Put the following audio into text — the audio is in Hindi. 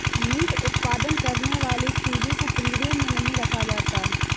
मीट उत्पादन करने वाले चूजे को पिंजड़े में नहीं रखा जाता